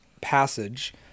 passage